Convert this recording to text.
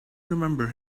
remember